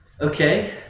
Okay